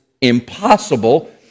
impossible